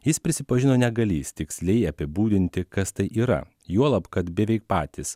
jis prisipažino negalįs tiksliai apibūdinti kas tai yra juolab kad beveik patys